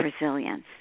resilience